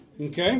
Okay